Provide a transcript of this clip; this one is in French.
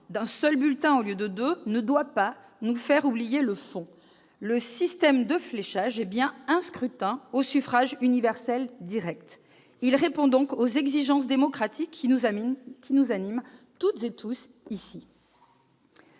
un seul bulletin au lieu de deux -ne doit pas nous faire oublier le fond : le système de fléchage est bien un scrutin au suffrage universel direct ; il répond donc aux exigences démocratiques qui nous animent toutes et tous ici.